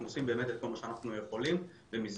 אנחנו עושים את כל מה שאנחנו יכולים במסגרת